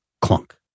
clunk